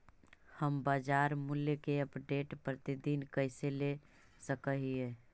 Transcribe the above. हम बाजार मूल्य के अपडेट, प्रतिदिन कैसे ले सक हिय?